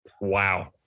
Wow